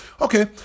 okay